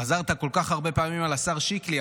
חזרת כל כך הרבה פעמים על "השר שיקלי",